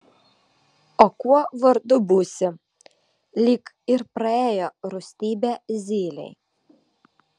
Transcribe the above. o kuo vardu būsi lyg ir praėjo rūstybė zylei